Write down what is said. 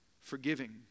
forgiving